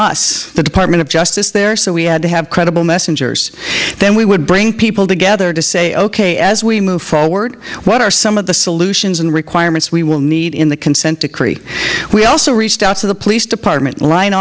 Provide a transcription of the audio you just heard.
us the department of justice there so we had to have credible messengers then we would bring people together to say ok as we move forward what are some of the solutions and requirements we will need in the consent decree we also reached out to the police department